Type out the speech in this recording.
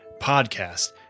podcast